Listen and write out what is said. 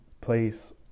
place